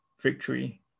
victory